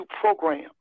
program